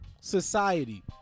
society